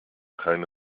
keine